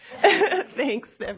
Thanks